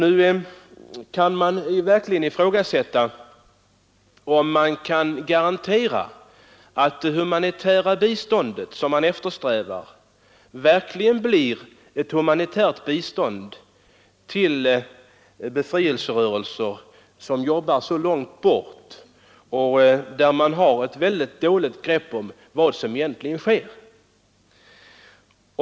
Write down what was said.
Finns det verkligen någon garanti för att det humanitära bistånd som Sverige strävar att ge blir ett humanitärt bistånd när det är fråga om organisationer som verkar så långt borta? Vi har ju ytterst dåligt grepp om vad som där sker.